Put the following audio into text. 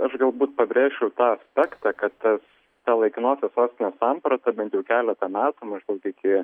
aš galbūt pabrėšiu tą aspektą kad tas ta laikinosios sostinės samprata bent jau keletą metų maždaug iki